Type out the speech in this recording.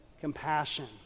compassion